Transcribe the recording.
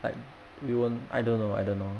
like we won't I don't know I don't know